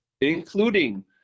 Including